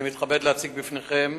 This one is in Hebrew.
אני מתכבד להציג בפניכם